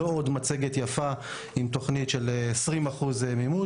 לא עוד מצגת יפה עם תוכנית של 20% מימוש